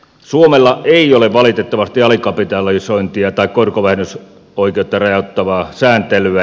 suomella ei ole valitettavasti alikapitalisointia tai korkovähennysoikeutta rajoittavaa sääntelyä